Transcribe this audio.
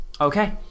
Okay